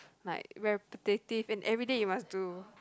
like repetitive and everyday you must do